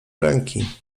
ręki